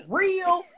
real